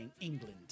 England